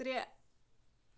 ترٛےٚ